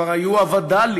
כבר היו הווד"לים,